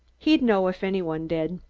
he'd know if any one did.